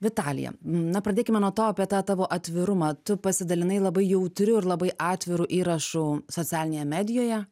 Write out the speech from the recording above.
vitalija na pradėkime nuo to apie tą tavo atvirumą tu pasidalinai labai jautriu ir labai atviru įrašu socialinėje medijoje